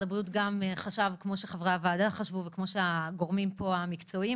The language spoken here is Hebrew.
הבריאות חשב כמו שחברי הוועדה חשבו וכמו הגורמים המקצועיים